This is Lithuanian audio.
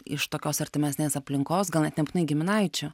iš tokios artimesnės aplinkos gal net nebūtinai giminaičių